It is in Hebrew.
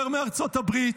יותר מארצות הברית,